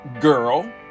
girl